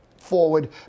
forward